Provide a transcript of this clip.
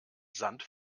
sand